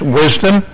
wisdom